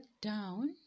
down